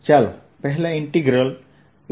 ચાલો પહેલા integral A